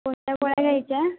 कोणत्या गोळ्या घ्यायच्या